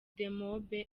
demob